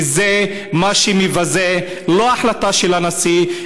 וזה מה שמבזה, לא ההחלטה של הנשיא.